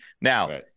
Now